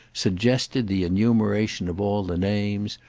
suggested the enumeration of all the names,